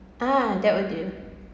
ah that would do